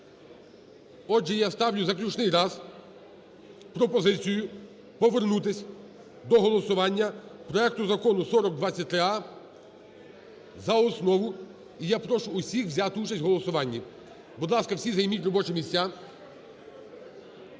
Отже, я ставлю заключний раз пропозицію повернутись до голосування проекту Закону 4023а за основу. І я прошу всіх взяти участь в голосуванні. Будь ласка, всі займіть робочі місця.